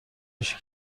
میشه